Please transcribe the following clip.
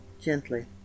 gently